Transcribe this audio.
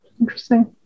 Interesting